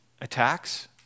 attacks